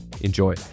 Enjoy